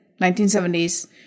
1970s